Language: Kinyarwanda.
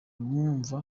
mwumva